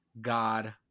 God